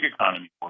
economy